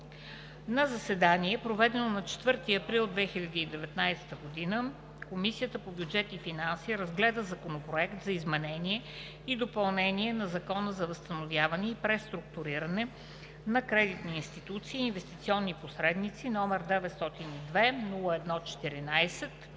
На заседание, проведено на 4 април 2019 г., Комисията по бюджет и финанси разгледа Законопроект за изменение и допълнение на Закона за възстановяване и преструктуриране на кредитни институции и инвестиционни посредници, № 902-01-14,